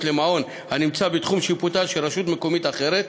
למעון הנמצא בתחום שיפוטה של רשות מקומית אחרת,